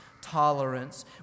tolerance